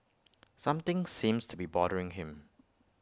something seems to be bothering him